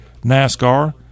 NASCAR